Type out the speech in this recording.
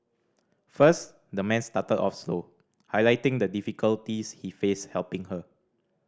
first the man started off slow highlighting the difficulties he faced helping her